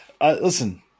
Listen